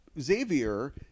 Xavier